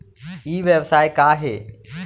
ई व्यवसाय का हे?